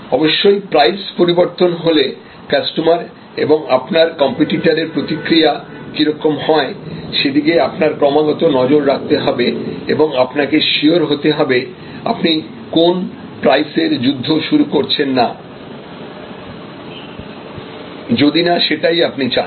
অবশ্যই প্রাইস পরিবর্তন হলে কাস্টমার এবং আপনার কম্পিটিটারের প্রতিক্রিয়া কি রকম হয় সেদিকে আপনার ক্রমাগত নজর রাখতে হবে এবং আপনাকে সিওর হতে হবে আপনি কোন প্রাইস এর যুদ্ধ শুরু করছেন না যদি না সেটাই আপনি চান